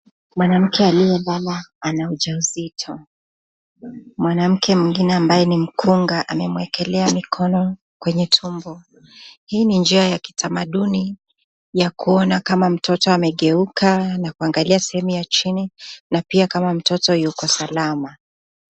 Mwanamke aliyelala ana ujauzito, mwanamke mwingine ambaye ni mkunga amemwekelea mikono kwenye tumbo. Hii ni njia ya kitamaduni ya kuona kama mtoto amegeuka na kuangalia sehemu ya chini na pia kama mtoto yuko salama.